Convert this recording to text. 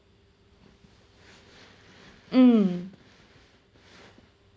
mm